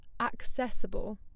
accessible